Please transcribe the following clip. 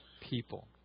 people